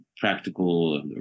practical